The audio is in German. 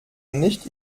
nicht